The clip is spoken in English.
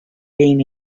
been